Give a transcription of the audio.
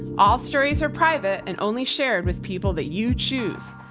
all stories are private and only shared with people that you choose.